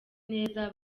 neza